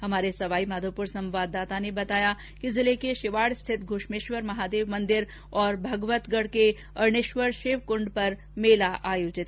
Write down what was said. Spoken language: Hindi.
हमारे सवाईमाधोपुर संवाददाता ने बताया कि जिले के शिवाड रिथित घृश्मेश्वर महादेव मन्दिर और भगवतगढ अरणेश्वर शिव कृण्ड पर मेला भरा